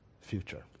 future